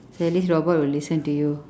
so at least robot will listen to you